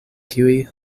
kiuj